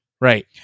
Right